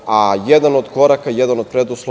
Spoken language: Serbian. a jedan od koraka, jedan od preduslova